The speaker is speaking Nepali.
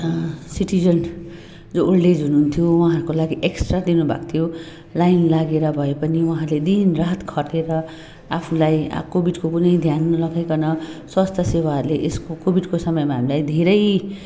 सिटिजन जो ओल्ड एज हुनुहुन्थ्यो उहाँहरूको लागि एक्स्ट्रा दिनुभएको थियो लाइन लागेर भए पनि उहाँहरूले दिनरात खटेर आफूलाई कोभिडको कुनै ध्यान नलागाइकन स्वास्थ्य सेवाहरूले यसको कोभिडको समयमा हामीलाई धेरै